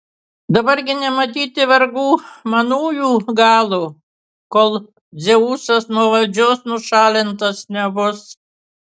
dabar gi nematyti vargų manųjų galo kol dzeusas nuo valdžios nušalintas nebus